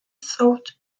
south